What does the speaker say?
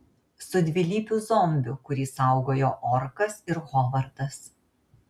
su dvilypiu zombiu kurį saugojo orkas ir hovardas